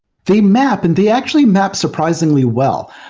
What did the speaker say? they map, and they actually map surprisingly well.